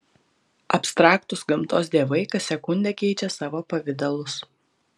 abstraktūs gamtos dievai kas sekundę keičią savo pavidalus